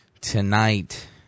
tonight